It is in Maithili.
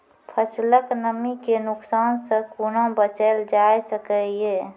फसलक नमी के नुकसान सॅ कुना बचैल जाय सकै ये?